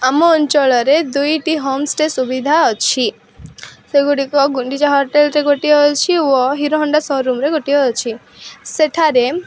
ଆମ ଅଞ୍ଚଳରେ ଦୁଇଟି ହୋମ୍ ଷ୍ଟେ ସୁବିଧା ଅଛି ସେଗୁଡ଼ିକ ଗୁଣ୍ଡିଚା ହୋଟେଲ୍ରେ ଗୋଟିଏ ଅଛି ଓ ହିରୋହୋଣ୍ଡା ସୋରୁମ୍ରେ ଗୋଟିଏ ଅଛି ସେଠାରେ